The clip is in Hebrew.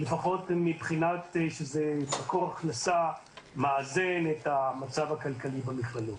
לפחות מבחינה שזה מקור הכנסה מאזן את המצב הכלכלי במכללות.